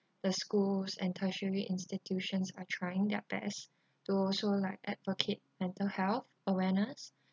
the schools and tertiary institutions are trying their best to also like advocate mental health awareness